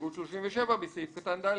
הסתייגות 37: בסעיף קטן (ד),